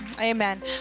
Amen